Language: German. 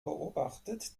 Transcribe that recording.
beobachtet